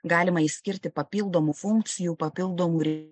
galima išskirti papildomų funkcijų papildomų